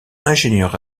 ingénieur